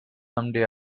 someday